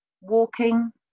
walking